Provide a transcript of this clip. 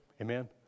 Amen